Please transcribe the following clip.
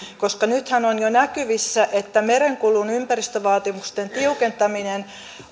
koska nythän on jo näkyvissä että merenkulun ympäristövaatimusten tiukentaminen